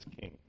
king